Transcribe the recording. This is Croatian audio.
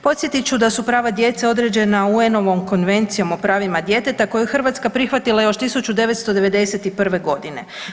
Podsjetit ću da su prava djece određena UN-ovom Konvencijom o pravima djeteta koju je Hrvatska prihvatila još 1991. godine.